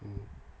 mm